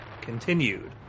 continued